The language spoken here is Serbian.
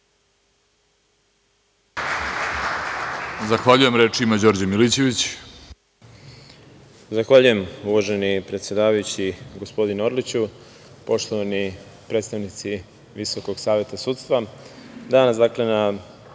Zahvaljujem. Reč ima Đorđe Milićević.